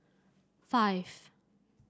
five